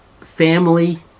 family